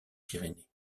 pyrénées